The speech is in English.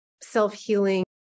self-healing